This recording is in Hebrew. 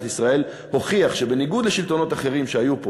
ישראל הוכיח שבניגוד לשלטונות אחרים שהיו פה,